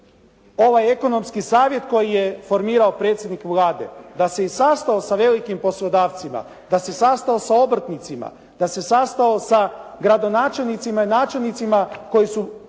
ovaj ekonomski savjet koji je formirao predsjednik Vlade da se i sastao sa velikim poslodavcima, da se sastao sa obrtnicima, da se sastao sa gradonačelnicima i načelnicima koji su